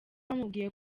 bamubwiye